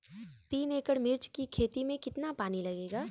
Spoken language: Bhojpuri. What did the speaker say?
तीन एकड़ मिर्च की खेती में कितना पानी लागेला?